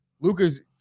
Luca's